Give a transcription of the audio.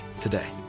today